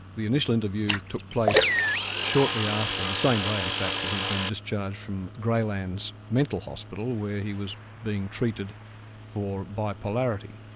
the initial interview took place shortly after, on the same day in fact that he'd been discharged from greylands mental hospital, where he was being treated for bipolarity,